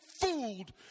fooled